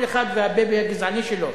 כל אחד והבייבי הגזעני שלו,